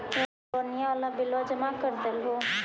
लोनिया वाला बिलवा जामा कर देलहो?